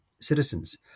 citizens